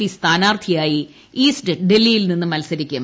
P സ്ഥാനാർത്ഥിയായി east ഡൽഹിയിൽ നിന്ന് മത്സരിക്കും